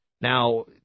Now